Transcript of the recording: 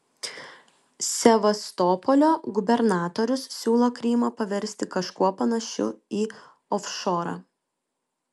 sevastopolio gubernatorius siūlo krymą paversti kažkuo panašiu į ofšorą